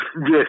Yes